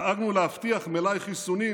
דאגנו להבטיח מלאי חיסונים